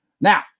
Now